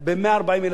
לאיזה מספר אתה מגיע,